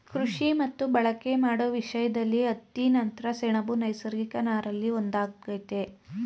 ಕೃಷಿ ಮತ್ತು ಬಳಕೆ ಮಾಡೋ ವಿಷಯ್ದಲ್ಲಿ ಹತ್ತಿ ನಂತ್ರ ಸೆಣಬು ನೈಸರ್ಗಿಕ ನಾರಲ್ಲಿ ಒಂದಾಗಯ್ತೆ